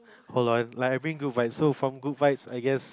hold on like I bring good vibe so from Good Vibes I guess